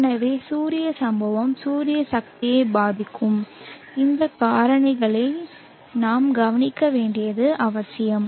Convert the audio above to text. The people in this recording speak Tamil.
எனவே சூரிய சம்பவம் சூரிய சக்தியை பாதிக்கும் இந்த காரணிகளை நாம் கவனிக்க வேண்டியது அவசியம்